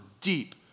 deep